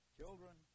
children